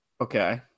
Okay